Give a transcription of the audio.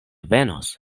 venos